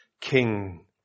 King